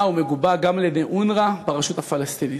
ומגובה גם על-ידי אונר"א ברשות הפלסטינית.